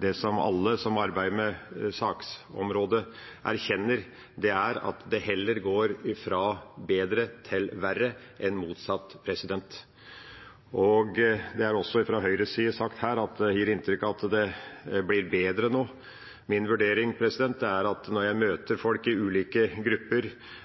det som alle som arbeider med saksområdet, erkjenner, er at det heller går fra bra til dårlig enn motsatt. Det er også fra Høyres side sagt her at inntrykket er at det blir bedre nå. Min vurdering er, når jeg møter folk i ulike grupper